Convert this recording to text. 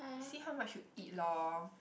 you see how much you eat loh